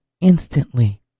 instantly